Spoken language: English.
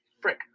frick